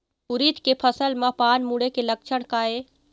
उरीद के फसल म पान मुड़े के लक्षण का ये?